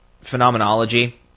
phenomenology